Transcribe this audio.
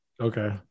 Okay